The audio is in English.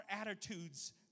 attitudes